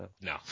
No